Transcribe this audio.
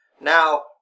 Now